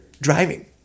driving